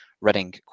Reading